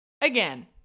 Again